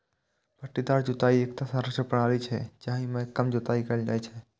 पट्टीदार जुताइ एकटा संरक्षण प्रणाली छियै, जाहि मे कम जुताइ कैल जाइ छै